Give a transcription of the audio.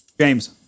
James